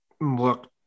look